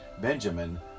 Benjamin